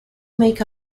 make